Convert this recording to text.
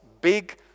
big